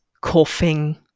coughing